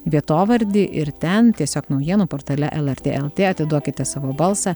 vietovardį ir ten tiesiog naujienų portale lrt lt atiduokite savo balsą